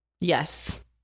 yes